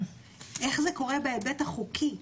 איך זה קורה בהיבט החוקי?